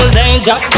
danger